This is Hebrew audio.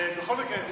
בכל מקרה,